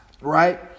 right